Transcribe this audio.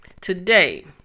today